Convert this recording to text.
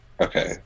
Okay